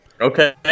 Okay